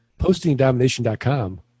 PostingDomination.com